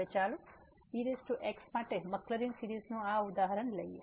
હવે ચાલો ex માટે મક્લરિન સીરીઝ નું આ ઉદાહરણ લઈએ